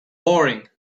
boring